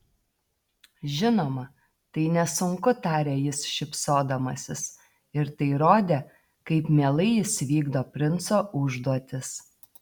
žinoma tai nesunku tarė jis šypsodamasis ir tai rodė kaip mielai jis vykdo princo užduotis